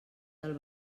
del